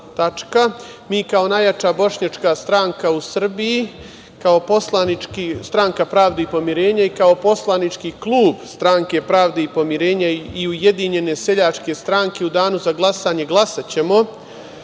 Mi kao najjača bošnjačka stranka u Srbiji, kao Stranka pravde i pomirenja i kao poslanički klub Stranke pravde i pomirenja i Ujedinjene seljačke stranke u danu za glasanje glasaćemo